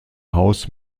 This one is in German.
haus